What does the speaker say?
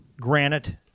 granite